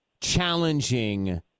challenging